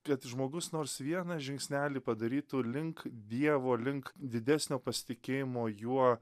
kad žmogus nors vieną žingsnelį padarytų link dievo link didesnio pastikėjimo juo